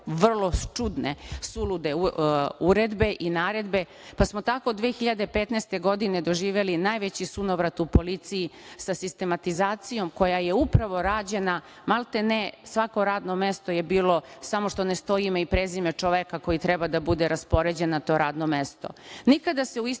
vrlo čudne sulude uredbe i naredbe, pa smo tako 2015. godine doživeli najveći sunovrat u policiji sa sistematizacijom koja je upravo rađena, maltene svako radno mesto je bilo samo što ne stoji ime i prezime čoveka koji treba da bude raspoređen na to radno mesto. Nikada se u istoriji